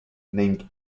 named